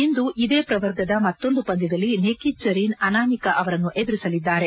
ಇಂದು ಇದೇ ಪ್ರವರ್ಗದ ಮತ್ತೊಂದು ಪಂದ್ಯದಲ್ಲಿ ನಿಖತ್ ಜರೀನ್ ಅನಾಮಿಕ ಅವರನ್ನು ಎದುರಿಸಲಿದ್ದಾರೆ